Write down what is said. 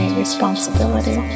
Responsibility